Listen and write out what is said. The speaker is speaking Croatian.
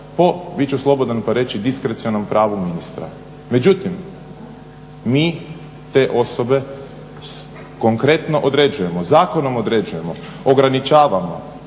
po, bit ću slobodan pa reći diskrecionom pravu ministra. Međutim, mi te osobe konkretno određujemo, zakonom određujemo, ograničavamo,